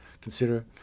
consider